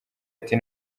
ati